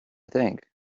think